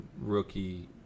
rookie